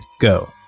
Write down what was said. go